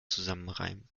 zusammenreimen